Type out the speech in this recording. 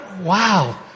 wow